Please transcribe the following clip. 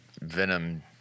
venom